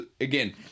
Again